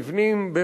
מבנים,